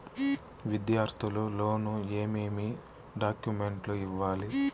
విద్యార్థులు లోను ఏమేమి డాక్యుమెంట్లు ఇవ్వాలి?